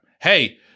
Hey